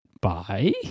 Bye